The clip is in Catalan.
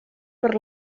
per